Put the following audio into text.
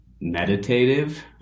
meditative